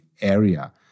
area